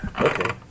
Okay